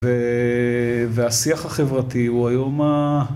והשיח החברתי הוא היום ה...